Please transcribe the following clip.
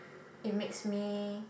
it makes me